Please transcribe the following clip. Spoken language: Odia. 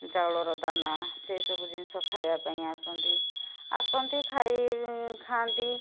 ଚାଉଳର ଦାନା ସେସବୁ ଜିନିଷ ଖାଇବା ପାଇଁ ଆସନ୍ତି ଆସନ୍ତି ଖାଇ ଖାଆନ୍ତି